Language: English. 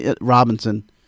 Robinson